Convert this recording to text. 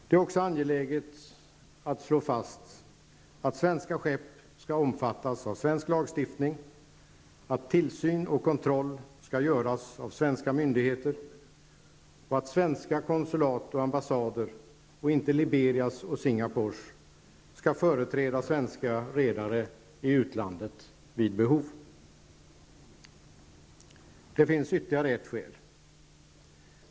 Det är också angeläget att slå fast att svenska skepp skall omfattas av svensk lagstiftning, att tillsyn och kontroll skall göras av svenska myndigheter och att svenska konsulat och ambassader -- och inte Liberias och Singapores -- skall företräda svenska redare i utlandet vid behov. Det finns ytterligare ett skäl.